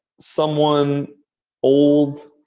someone old,